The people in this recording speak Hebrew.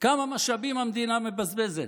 כמה משאבים המדינה מבזבזת.